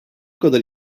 kadar